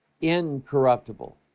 incorruptible